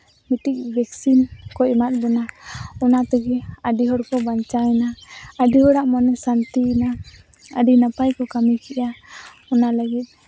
ᱢᱤᱫᱴᱤᱡ ᱵᱷᱮᱠᱥᱤᱱ ᱠᱚ ᱮᱢᱟᱫ ᱵᱚᱱᱟ ᱚᱱᱟ ᱛᱮᱜᱮ ᱟᱹᱰᱤ ᱦᱚᱲᱠᱚ ᱵᱟᱧᱪᱟᱣᱮᱱᱟ ᱟᱹᱰᱤ ᱦᱚᱲᱟᱜ ᱢᱚᱱᱮ ᱥᱟᱱᱛᱤᱭᱮᱱᱟ ᱟᱹᱰᱤ ᱱᱟᱯᱟᱭ ᱠᱚ ᱠᱟᱹᱢᱤ ᱠᱮᱫᱼᱟ ᱚᱱᱟ ᱞᱟᱹᱜᱤᱫ